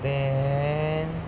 then